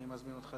אני מזמין אותך